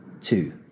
two